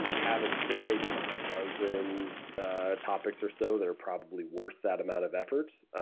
habits, there may be a dozen ah topics or so that are probably worth that amount of effort,